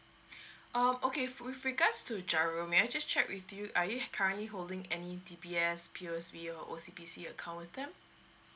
um okay with regards to giro may I just check with you are you currently holding any D_B_S P_O_S_B or O_C_B_C account with them